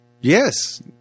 Yes